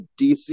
DC